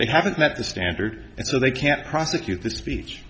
they haven't met the standard and so they can't prosecute this speech